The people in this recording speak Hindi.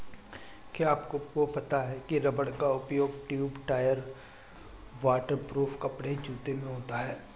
क्या आपको पता है रबर का उपयोग ट्यूब, टायर, वाटर प्रूफ कपड़े, जूते में होता है?